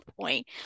point